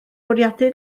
bwriadu